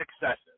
excessive